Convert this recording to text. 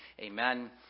Amen